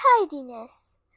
Tidiness